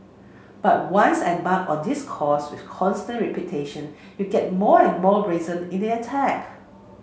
but once embarked on this course with constant repetition you get more and more brazen in the attack